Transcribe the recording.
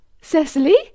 cecily